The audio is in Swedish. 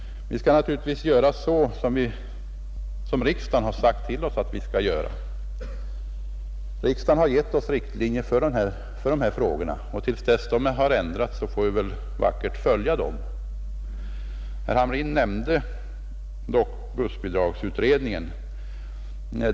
Vi skall naturligtvis göra som riksdagen sagt att vi skall göra. Riksdagen har dragit upp riktlinjer för dessa frågors behandling, och till dess att dessa riktlinjer ändras får vi vackert följa dem. Herr Hamrin nämnde dock bussbidragsutredningen.